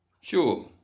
Sure